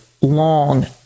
long